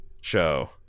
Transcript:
show